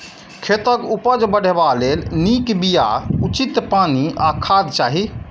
खेतक उपज बढ़ेबा लेल नीक बिया, उचित पानि आ खाद चाही